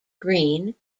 green